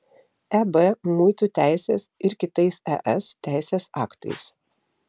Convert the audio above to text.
eb muitų teisės ir kitais es teisės aktais